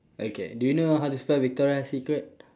okay do you know how to spell victoria's secret